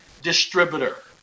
distributor